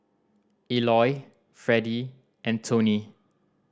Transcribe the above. Eloy Fredy and Toney